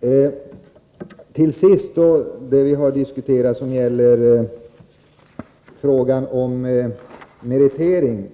Låt mig till sist beröra det vi har diskuterat om meritvärdering